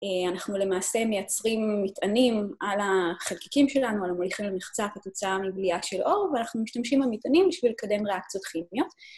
אנחנו למעשה מייצרים מטענים על החלקיקים שלנו, על המוליכים למחצה, כתוצאה מבליעה של אור, ואנחנו משתמשים במטענים בשביל לקדם ריאקציות כימיות.